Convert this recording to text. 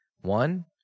One